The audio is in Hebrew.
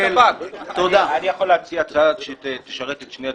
אני יכול להציע הצעה שתשרת את שני הצדדים.